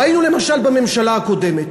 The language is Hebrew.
ראינו למשל בממשלה הקודמת,